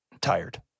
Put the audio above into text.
tired